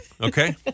okay